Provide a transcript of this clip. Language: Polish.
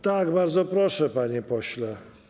Tak, bardzo proszę, panie pośle.